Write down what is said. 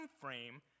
frame